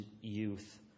youth